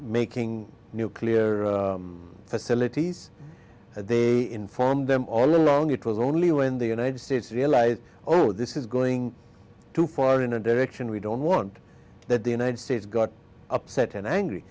making nuclear facilities they informed them all along it was only when the united states realize oh this is going too far in a direction we don't want that the united states got upset and angry